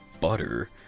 Butter